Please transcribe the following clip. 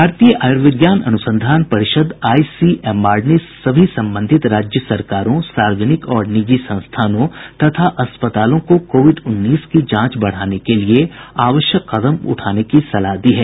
भारतीय आयुर्विज्ञान अनुसंधान परिषद आईसीएमआर ने सभी संबंधित राज्य सरकारों सार्वजनिक और निजी संस्थानों और अस्पतालों को कोविड उन्नीस की जांच बढाने के लिए आवश्यक कदम उठाने की सलाह दी है